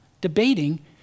debating